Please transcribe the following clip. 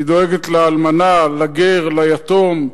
היא דואגת לאלמנה, לגר, ליתום.